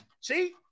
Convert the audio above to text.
See